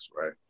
right